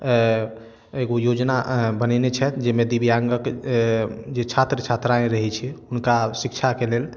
एगो योजना बनेने छथि जेहिमे दिव्यांगक जे छात्र छात्राएँ रहै छै हुनका शिक्षाके लेल